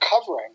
covering